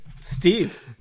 Steve